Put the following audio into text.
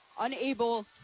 unable